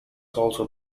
also